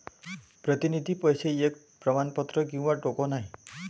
प्रतिनिधी पैसे एक प्रमाणपत्र किंवा टोकन आहे